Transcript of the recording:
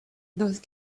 those